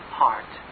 heart